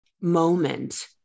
moment